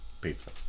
pizza